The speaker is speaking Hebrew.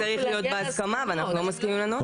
שזה צריך להיות בהסכמה ואנחנו לא מסכימים לנוסח.